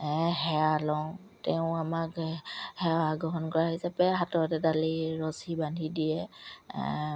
সেৱা লওঁ তেওঁ আমাক সেৱা গ্ৰহণ কৰা হিচাপে হাততে এদালি ৰছী বান্ধি দিয়ে